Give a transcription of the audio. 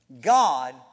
God